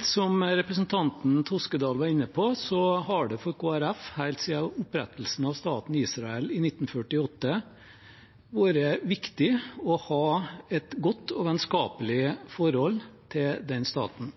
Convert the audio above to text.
Som representanten Toskedal var inne på, har det for Kristelig Folkeparti helt siden opprettelsen av staten Israel i 1948 vært viktig å ha et godt og vennskapelig forhold til den staten.